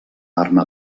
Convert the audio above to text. arma